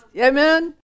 Amen